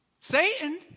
Satan